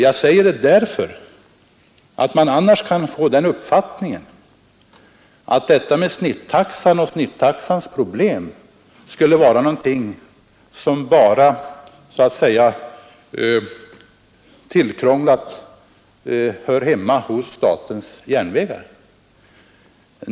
Jag säger det här därför att man annars kan få den uppfattningen, att detta med snittaxan och snittaxans problem skulle vara någonting som bara så att säga tillkrånglat hör hemma hos statens järnvägar.